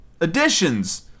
additions